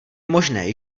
možné